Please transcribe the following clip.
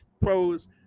pros